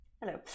hello